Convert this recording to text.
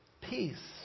Peace